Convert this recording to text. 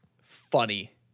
funny